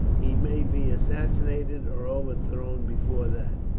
he may be assassinated or overthrown before that.